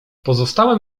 pozostałem